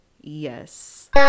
yes